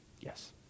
Yes